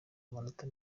amanota